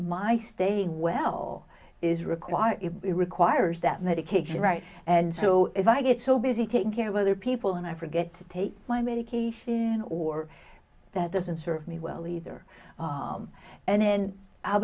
my staying well is required it requires that medication right and so if i get so busy taking care of other people and i forget to take my medication or that doesn't serve me well either and